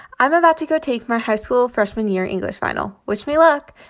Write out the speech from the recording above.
i'm about to go take my high school freshman year english final. wish me luck.